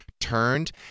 turned